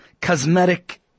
cosmetic